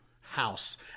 house